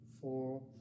four